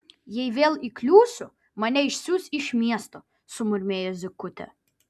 jei vėl įkliūsiu mane išsiųs iš miesto sumurmėjo zykutė